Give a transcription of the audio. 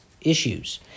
issues